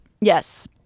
Yes